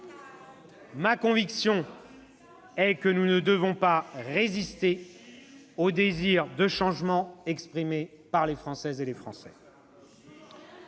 Ma conviction est que nous ne devons pas résister au désir de changement exprimé par les Français. » Les gens